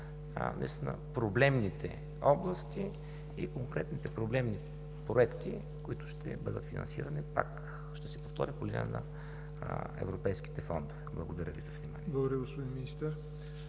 проблемните области и конкретните проблемни проекти, които ще бъдат финансирани, ще повторя, по линия на европейските фондове. Благодаря Ви за вниманието.